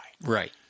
Right